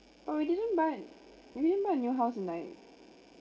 but we didn't buy we didn't buy a new house in like